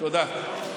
תודה.